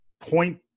point